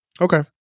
Okay